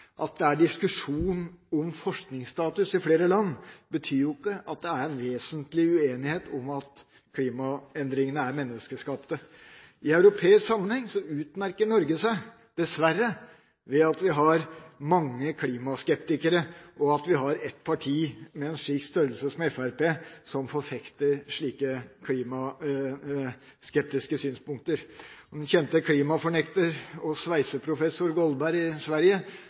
At det er diskusjon om forskningsstatus i flere land, betyr jo ikke at det er vesentlig uenighet om at klimaendringene er menneskeskapte. I europeisk sammenheng utmerker Norge seg dessverre ved at vi har mange klimaskeptikere, og at vi har et parti av en slik størrelse som Fremskrittspartiet, som forfekter slike klimaskeptiske synspunkter. Den kjente klimafornekter og sveiseprofessor Goldberg i Sverige